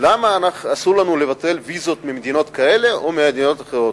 למה אסור לנו לבטל ויזות ממדינות כאלה או אחרות.